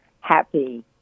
happy